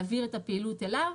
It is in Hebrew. להעביר את הפעילות אליו,